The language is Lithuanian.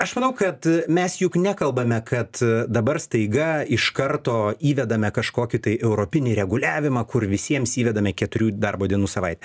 aš manau kad mes juk nekalbame kad dabar staiga iš karto įvedame kažkokį tai europinį reguliavimą kur visiems įvedame keturių darbo dienų savaitę